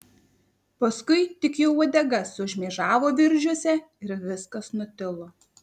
paskui tik jo uodega sušmėžavo viržiuose ir viskas nutilo